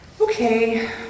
okay